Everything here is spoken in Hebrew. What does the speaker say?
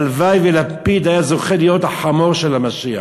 הלוואי שלפיד היה זוכה להיות החמור של המשיח.